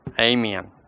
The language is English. Amen